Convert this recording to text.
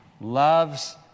loves